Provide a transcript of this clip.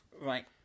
Right